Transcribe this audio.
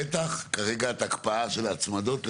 בטח כרגע עם ההקפאה של ההצמדות.